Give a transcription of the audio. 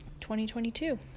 2022